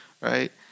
Right